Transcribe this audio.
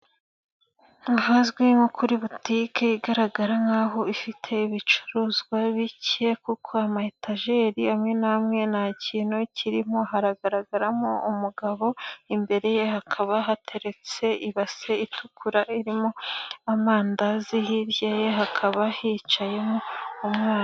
Ahazwi nko kuri botike igaragara nk'aho ifite ibicuruzwa bike, kuko ama etageri amwe namwe nta kintu kirimo, hagaragaramo umugabo, imbere ye hakaba hateretse ibase itukura irimo amandazi, hirya ye hakaba hicayemo umwana.